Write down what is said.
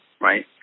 Right